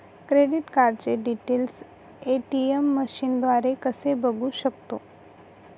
Credit कार्डचे details ATM मशीनद्वारे कसे बघू शकतो?